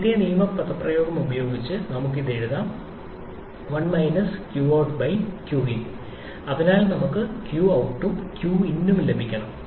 ആദ്യത്തെ നിയമ പദപ്രയോഗം ഉപയോഗിച്ച് നമുക്ക് ഇത് എഴുതാം അതിനാൽ നമുക്ക് qout ഉം qin ഉം ലഭിക്കണം